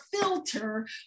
filter